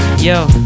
Yo